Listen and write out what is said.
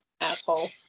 Asshole